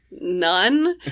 none